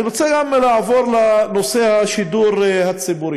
אני רוצה לעבור לנושא השידור הציבורי,